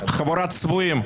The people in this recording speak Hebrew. חבורת צבועים.